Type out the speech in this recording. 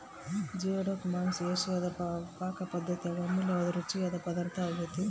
geoduck ಮಾಂಸ ಏಷಿಯಾದ ಪಾಕಪದ್ದತ್ಯಾಗ ಅಮೂಲ್ಯವಾದ ರುಚಿಯಾದ ಪದಾರ್ಥ ಆಗ್ಯೆತೆ